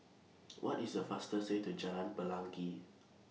What IS The fastest Way to Jalan Pelangi